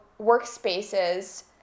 workspaces